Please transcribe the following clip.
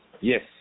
Yes